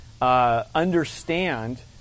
Understand